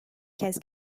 kez